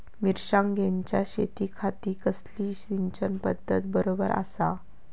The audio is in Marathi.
मिर्षागेंच्या शेतीखाती कसली सिंचन पध्दत बरोबर आसा?